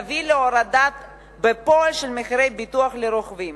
תביא להורדה בפועל של מחירי הביטוח לרוכבים.